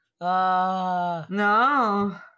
no